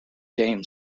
game